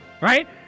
right